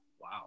Wow